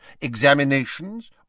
examinations